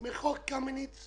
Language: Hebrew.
מחוק קמיניץ,